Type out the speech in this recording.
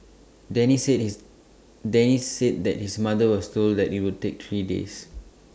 Denny said his Danny said that his mother was told that IT would take three days